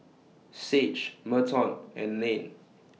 Sage Merton and Layne